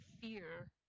fear